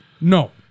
No